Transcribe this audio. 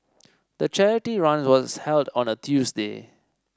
the charity run was held on a Tuesday